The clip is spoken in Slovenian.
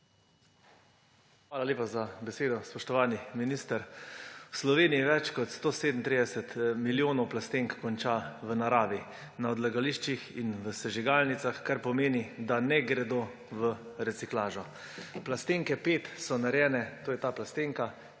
Hvala lepa za besedo. Spoštovani minister! V Sloveniji več kot 137 milijonov plastenk konča v naravi, na odlagališčih in v sežigalnicah, kar pomeni, da ne gre gredo v reciklažo. Plastenke 5 − to je ta plastenka